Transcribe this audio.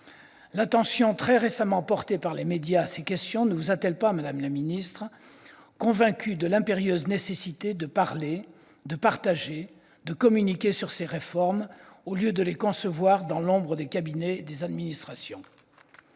L'attention très récemment portée par les médias à ces questions ne vous a-t-elle pas convaincue, madame la ministre, de l'impérieuse nécessité de parler, de partager, de communiquer sur ces réformes, au lieu de les concevoir dans l'ombre des cabinets et des administrations ?